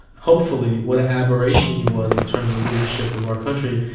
hopefully, what an aberration he was in terms of leadership of our country.